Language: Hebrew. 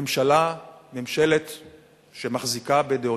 ממשלה שמחזיקה בדעותיכם,